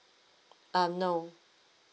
um no